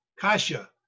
kasha